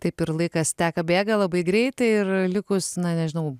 taip ir laikas teka bėga labai greitai ir likus na nežinau